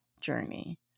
journey